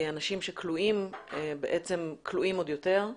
אנשים שכלואים בעצם כלואים עוד יותר.